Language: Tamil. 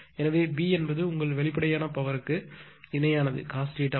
எனவே பி என்பது உங்கள் வெளிப்படையான பவர் க்கு இணையானது cos θ1